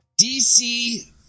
DC